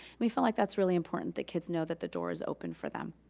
we felt like that's really important that kids know that the door is open for them.